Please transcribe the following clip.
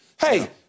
Hey